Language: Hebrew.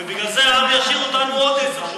ובגלל זה העם ישאיר אותנו עוד עשר שנים.